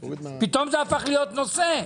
פתאום זה הפך להיות נושא,